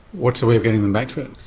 what's a way of getting them back to it?